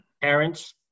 parents